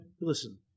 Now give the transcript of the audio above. listen